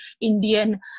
Indian